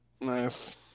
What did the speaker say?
nice